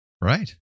Right